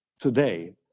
today